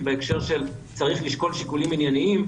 בהקשר של צריך לשקול שיקולים עניינים,